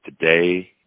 today